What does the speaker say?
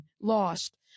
lost